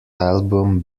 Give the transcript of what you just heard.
album